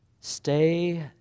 stay